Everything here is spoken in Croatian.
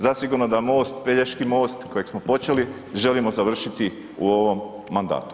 Zasigurno da most, Pelješki most kojeg smo počeli želimo završiti u ovom mandatu.